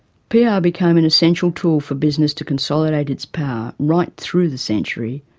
pr yeah became an essential tool for business to consolidate its power right through the century,